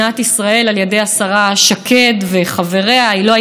השימוש הציני במונחים דמוקרטיים,